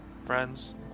Friends